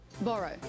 Borrow